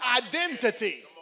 identity